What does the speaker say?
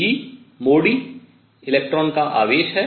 e mod e electron का आवेश है